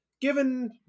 given